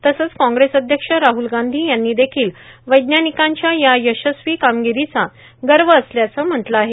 तसंच काँग्रेस अध्यक्ष राहुल गांधी यांनी देखिल वैज्ञानिकांच्या या यशस्वी कामगिरीचा गर्व असल्याचं म्हटलं आहे